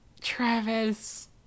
Travis